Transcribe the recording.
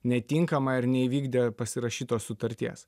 netinkama ar neįvykdė pasirašytos sutarties